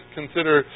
consider